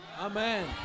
Amen